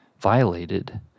violated